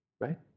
right